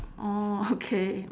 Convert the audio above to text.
orh okay